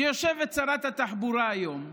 שיושבת שרת התחבורה היום וקובעת: